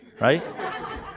right